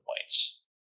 points